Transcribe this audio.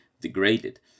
degraded